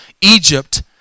Egypt